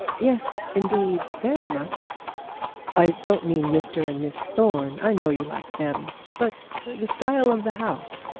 yes, indeed, very much i don't mean mr and miss thorne. i know you like them but the style of the house.